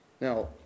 Now